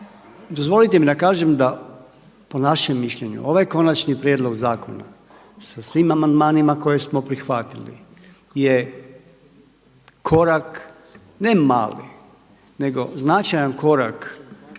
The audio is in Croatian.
Dozvolite mi da kažem po našem mišljenju ovaj konačni prijedlog zakona sa svim amandmanima koje smo prihvatili je korak ne mali, nego značajan korak